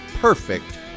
perfect